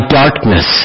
darkness